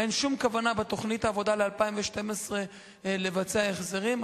אין שום כוונה בתוכנית העבודה ל-2012 לבצע החזרים.